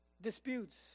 disputes